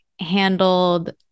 handled